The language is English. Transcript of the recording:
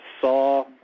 saw